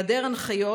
בהיעדר הנחיות,